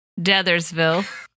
Deathersville